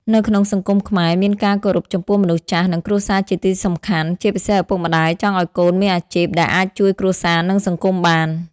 នៅក្នុងសង្គមខ្មែរមានការគោរពចំពោះមនុស្សចាស់ និងគ្រួសារជាទីសំខាន់ ជាពិសេសឪពុកម្ដាយចង់ឲ្យកូនមានអាជីពដែលអាចជួយគ្រួសារនិងសង្គមបាន។